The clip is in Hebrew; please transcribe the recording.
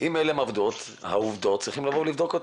אלה העובדות צריך לבדוק אותן.